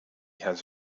has